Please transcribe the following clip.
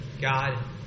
God